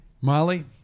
Molly